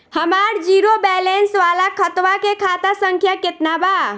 हमार zero balance वाला खतवा के खाता संख्या केतना बा?